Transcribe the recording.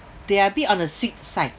they're a bit on the sweet side